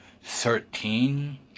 thirteen